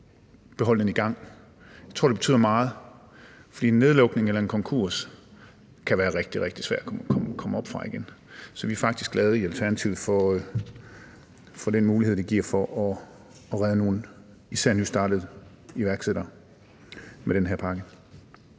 holde den i gang. Jeg tror, det betyder meget, for en nedlukning eller en konkurs kan være rigtig, rigtig svær at komme op fra igen. Så vi er i Alternativet faktisk glade for den mulighed, den her pakke giver for at redde nogen, især nystartede iværksættere. Kl. 11:14 Anden